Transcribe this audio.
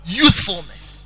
youthfulness